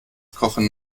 kochen